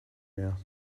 mehr